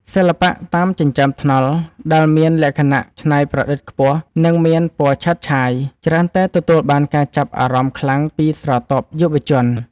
សិល្បៈតាមចិញ្ចើមថ្នល់ ដែលមានលក្ខណៈច្នៃប្រឌិតខ្ពស់ និងមានពណ៌ឆើតឆាយ ច្រើនតែទទួលបានការចាប់អារម្មណ៍ខ្លាំងពីស្រទាប់យុវវ័យ។